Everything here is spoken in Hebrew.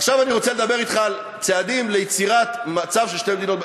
עכשיו אני רוצה לדבר אתך על צעדים ליצירת מצב של שתי מדינות,